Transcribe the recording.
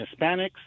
Hispanics